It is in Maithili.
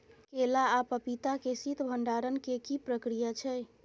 केला आ पपीता के शीत भंडारण के की प्रक्रिया छै?